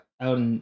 out